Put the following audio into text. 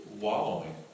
wallowing